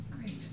Great